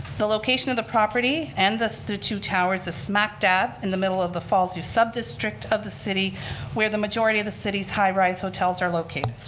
the location of the property and the the two towers is smack dab in the middle of the fallsview subdistrict of the city where the majority of the city's high rise hotels are located.